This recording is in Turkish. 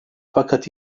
fakat